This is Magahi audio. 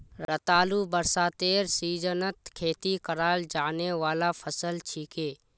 रतालू बरसातेर सीजनत खेती कराल जाने वाला फसल छिके